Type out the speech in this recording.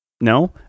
No